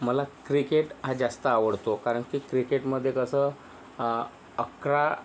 मला क्रिकेट हा जास्त आवडतो कारण की क्रिकेटमध्ये कसंं अकरा